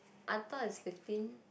I thought is fifteen